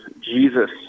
Jesus